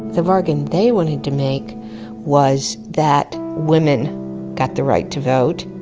the bargain they wanted to make was that women got the right to vote,